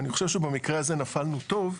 ואני חושב שבמקרה הזה נפלנו טוב,